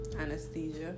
anesthesia